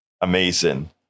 Amazing